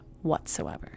whatsoever